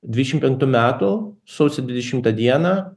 dvidešimt penktų metų sausio dvidešimtą dieną